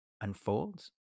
unfolds